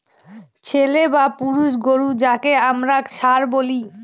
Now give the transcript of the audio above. ছেলে বা পুরুষ গোরু যাকে আমরা ষাঁড় বলি